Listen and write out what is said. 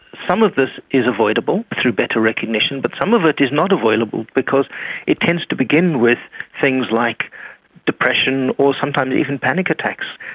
some of this is avoidable through better recognition, but some of it is not avoidable because it tends to begin with things like depression or sometimes even panic attacks,